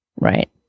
right